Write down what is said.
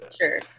Sure